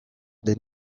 den